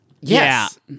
Yes